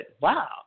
wow